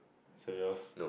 say yours